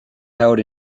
held